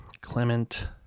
Clement